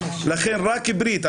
לכן רק ברית.